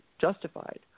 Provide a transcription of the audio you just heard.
justified